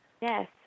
Yes